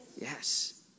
Yes